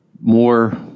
more